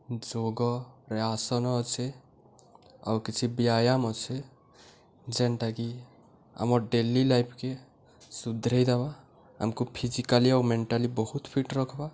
ଯୋଗରେ ଆସନ ଅଛେ ଆଉ କିଛି ବ୍ୟାୟାମ୍ ଅଛେ ଯେନ୍ଟାକି ଆମର୍ ଡେଲି ଲାଇଫ୍କେ ସୁଧ୍ରେଇଦେବା ଆମ୍କୁ ଫିଜିକାଲି ଆଉ ମେଣ୍ଟାଲି ବହୁତ୍ ଫିଟ୍ ରଖ୍ବା